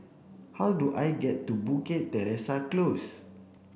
how do I get to Bukit Teresa Close